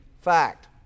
fact